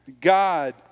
God